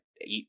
eight